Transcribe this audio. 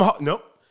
Nope